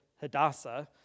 Hadassah